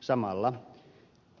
samalla